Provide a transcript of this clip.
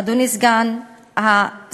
אדוני סגן השר.